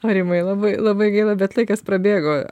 aurimai labai labai gaila bet laikas prabėgo